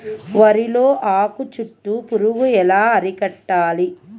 వరిలో ఆకు చుట్టూ పురుగు ఎలా అరికట్టాలి?